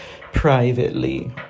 privately